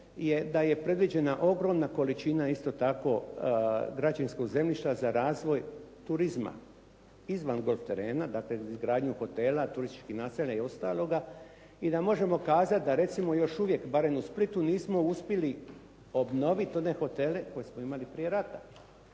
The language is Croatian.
je da je predviđena ogromna količina isto tako građevinskog zemljišta za razvoj turizma izvan golf terena, dakle izgradnju hotela, turističkih naselja i ostaloga i da možemo kazati da recimo još uvijek, barem u Splitu nismo uspjeli obnoviti one hotele koje smo imali prije rata.